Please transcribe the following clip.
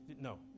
no